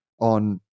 on